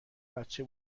بچه